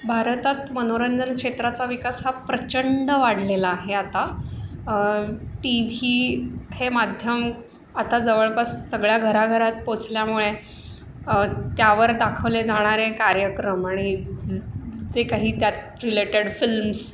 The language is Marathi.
भारतात मनोरंजन क्षेत्राचा विकास हा प्रचंड वाढलेला आहे आता टी व्ही हे माध्यम आता जवळपास सगळ्या घराघरात पोचल्यामुळे त्यावर दाखवले जाणारे कार्यक्रम आणि जे काही त्यात रिलेटेड फिल्म्स